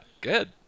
good